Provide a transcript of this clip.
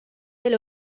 del